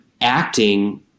acting